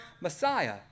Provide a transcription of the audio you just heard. Messiah